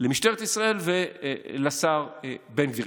למשטרת ישראל ולשר בן גביר.